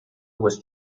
was